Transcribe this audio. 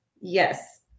yes